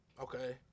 Okay